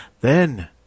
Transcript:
Then